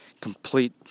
complete